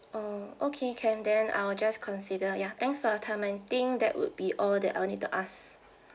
oh okay can then I'll just consider ya thanks for your time I think that would be all that I'll need to ask